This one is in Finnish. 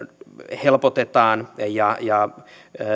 helpotetaan ja ja